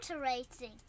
racing